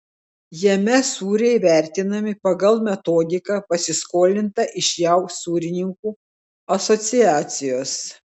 jame sūriai vertinami pagal metodiką pasiskolintą iš jav sūrininkų asociacijos